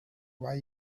why